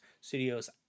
Studios